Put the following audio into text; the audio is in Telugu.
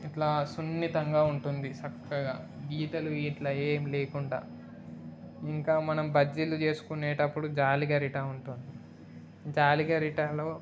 ఇలా సున్నితంగా ఉంటుంది చక్కగా గీతలు ఇలా ఏం లేకుండా ఇంకా మనం బజ్జీలు చేసుకునేటప్పుడు జాలి గరిటె ఉంటుంది జాలి గరిటలో